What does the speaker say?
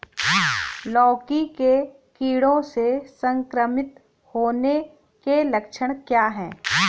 लौकी के कीड़ों से संक्रमित होने के लक्षण क्या हैं?